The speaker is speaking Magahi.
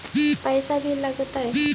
पैसा भी लगतय?